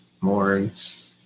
morgues